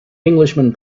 englishman